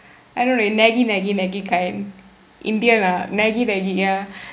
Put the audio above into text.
I don't know naggy naggy naggy kind indian ah naggy naggy ya